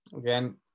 Again